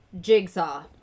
Jigsaw